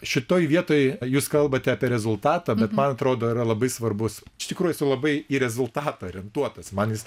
šitoj vietoj jūs kalbate apie rezultatą bet man atrodo yra labai svarbus iš tikrųjų esu labai į rezultatą orientuotas man jis